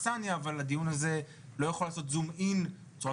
הדיון הזה לא יכול לעשות זום אין בצורה